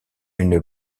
une